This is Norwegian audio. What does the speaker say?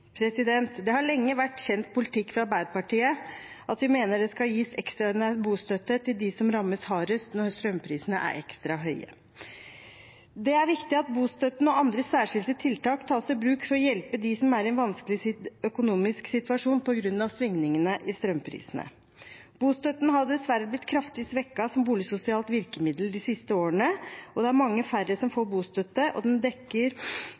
Det har lenge vært kjent politikk fra Arbeiderpartiet at vi mener det skal gis ekstraordinær bostøtte til dem som rammes hardest når strømprisene er ekstra høye. Det er viktig at bostøtten og andre særskilte tiltak tas i bruk for å hjelpe dem som er i en vanskelig økonomisk situasjon på grunn av svingningene i strømprisene. Bostøtten er dessverre blitt kraftig svekket som boligsosialt virkemiddel de siste årene. Det er mange færre som får bostøtte, og den dekker